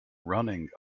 running